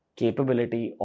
capability